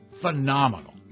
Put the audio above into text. phenomenal